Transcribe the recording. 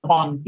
on